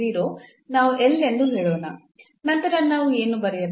ನಂತರ ನಾವು ಏನು ಬರೆಯಬಹುದು ಈ